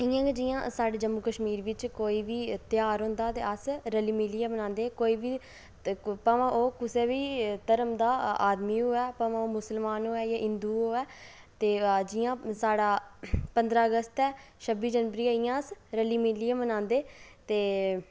इ'यां गै जि'यां साढ़े जम्मू कश्मीर बिच कोई बी ध्यार होंदा ते अस रली मिलियै मनांदे कोई बी ते भामें ओह् कुसै बी धर्म दा आदमी होऐ भामें ओह् मुस्लमान होवै जां हिंदू होवै ते जि'यां साढ़ा पंदरां अगस्त ऐ छब्बी जनवरी ऐ इ'यां अस रली मिलियै मनांदे ते